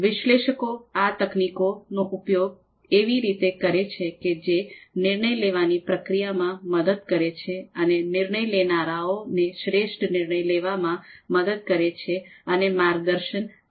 વિશ્લેષકો આ તકનીકોનો ઉપયોગ એવી રીતે કરે છે કે જે નિર્ણય લેવાની પ્રક્રિયામાં મદદ કરે છે અને નિર્ણય લેનારાઓને શ્રેષ્ઠ નિર્ણય લેવામાં મદદ કરે છે અને માર્ગદર્શન આપે છે